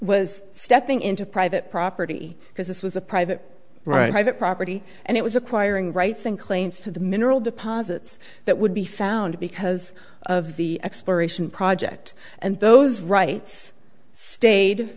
was stepping into private property because this was a private right property and it was acquiring rights and claims to the mineral deposits that would be found because of the exploration project and those rights stayed